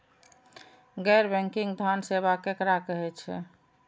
गैर बैंकिंग धान सेवा केकरा कहे छे?